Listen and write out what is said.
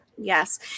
Yes